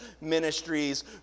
ministries